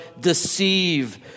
deceive